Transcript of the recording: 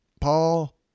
Paul